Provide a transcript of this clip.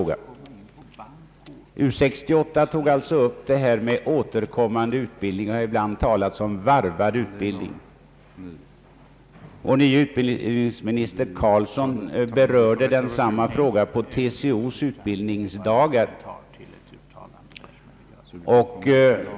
U 68 har alltså tagit upp problemet om »återkommande utbildning» — det talas ibland om varvad utbildning. Den nye utbildningsministern Carlsson behandlade samma fråga på TCO:s utbildningsdagar.